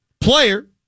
player